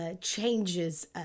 changes